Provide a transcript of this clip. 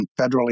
federally